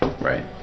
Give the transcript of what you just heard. Right